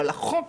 אבל החוק